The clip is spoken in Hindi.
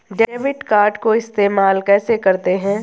डेबिट कार्ड को इस्तेमाल कैसे करते हैं?